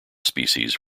species